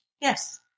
Yes